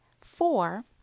four